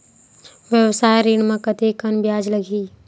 व्यवसाय ऋण म कतेकन ब्याज लगही?